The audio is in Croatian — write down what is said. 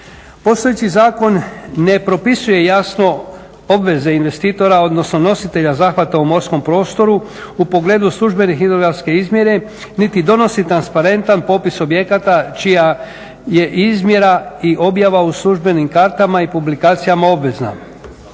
Postojeći zakon ne propisuje jasno obveze investitora odnosno nositelja zahvata u morskom prostoru u pogledu službenih hidrografske izmjere niti donosi transparentan popis objekata čija je izmjera i objava u službenim kartama i publikacijama obavezna.